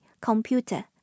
computer